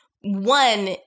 One